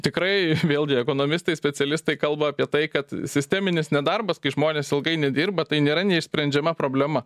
tikrai vėlgi ekonomistai specialistai kalba apie tai kad sisteminis nedarbas kai žmonės ilgai nedirba tai nėra neišsprendžiama problema